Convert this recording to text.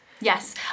Yes